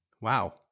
Wow